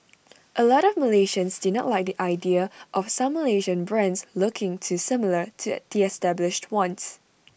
A lot of Malaysians do not like the idea of some Malaysian brands looking too similar to A the established ones